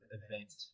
event